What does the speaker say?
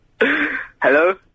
Hello